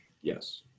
Yes